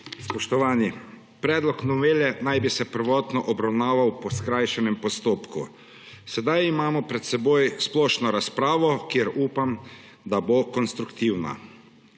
Spoštovani! Predlog novele naj bi se prvotno obravnaval po skrajšanem postopku. Sedaj imamo pred seboj splošno razpravo, ki upam, da bo konstruktivna.